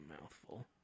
mouthful